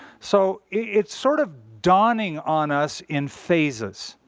so it's sort of dawning on us in phases.